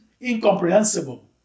incomprehensible